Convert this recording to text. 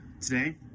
Today